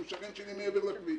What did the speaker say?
שהוא שכן שלי מעבר לכביש.